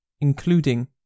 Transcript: including